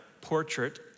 portrait